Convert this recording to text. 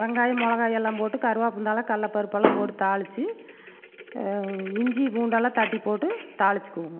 வெங்காயம் மொளகாய் எல்லாம் போட்டு கருவாபிள்ளை கடலப்பருப்பு எல்லாம் போட்டு தாளித்து இஞ்சி பூண்டு எல்லாம் தட்டி போட்டு தாளிச்சிக்கணும்